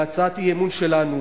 בהצעת האי-אמון שלנו,